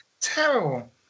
terrible